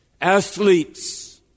athletes